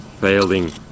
failing